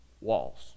walls